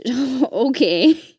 Okay